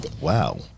Wow